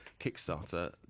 Kickstarter